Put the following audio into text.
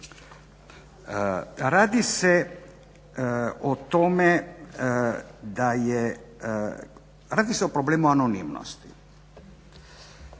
Radi se o tome da, radi se o problemu anonimnosti.